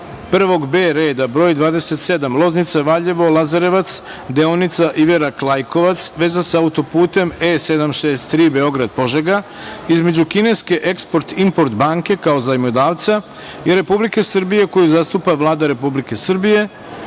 1.B reda br. 27 Loznica-Valjevo-Lazarevac, deonica Iverak-Lajkovac (veza sa auto-putem E-763 Beograd-Požega), između kineske Eksport-Import banke, kao Zajmodavca i Republike Srbije koju zastupa Vlada Republike Srbije,